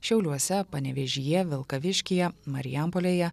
šiauliuose panevėžyje vilkaviškyje marijampolėje